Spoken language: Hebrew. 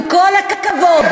עם כל הכבוד,